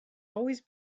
always